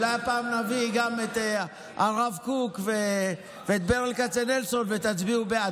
אולי פעם נביא גם את הרב קוק ואת ברל כצנלסון ותצביעו בעד.